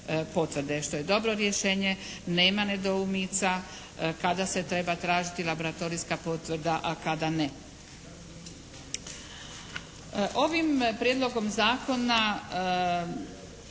što je dobro rješenje. Nema nedoumica kada se treba tražiti laboratorijska potvrda a kada ne. Ovim Prijedlogom zakona